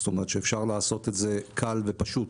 זאת אומרת: שאפשר לעשות את זה קל ופשוט.